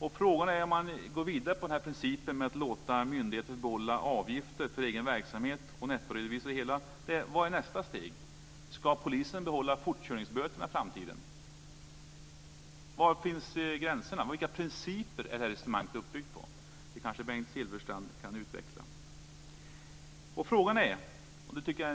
Om man går vidare med den här principen med att låta myndigheter behålla avgifter för egen verksamhet och nettoredovisa det hela undrar jag vad nästa steg är. Ska polisen behålla fortkörningsböterna i framtiden? Var finns gränserna? Vilka principer är det här resonemanget uppbyggt på? Det kanske Bengt Silfverstrand kan utveckla.